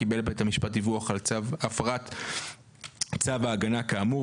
קיבל בית המשפט דיווח על הפרת צו הגנה כאמור,